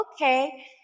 okay